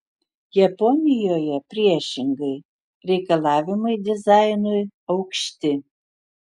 japonijoje priešingai reikalavimai dizainui aukšti